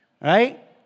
right